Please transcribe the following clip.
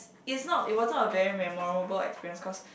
it's not it wasn't a very memorable experience cause